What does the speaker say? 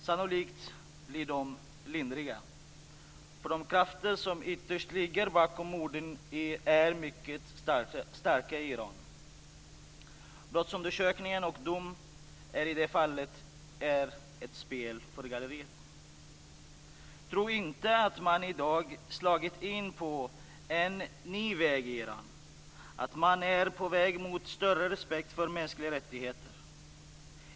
Sannolikt blir de lindriga, därför att de krafter som ytterst ligger bakom morden är mycket starka i Iran. Brottsundersökning och dom är i det här fallet ett spel för galleriet. Tro inte att man i dag slagit in på en ny väg i Iran, att man är på väg mot större respekt för mänskliga rättigheter.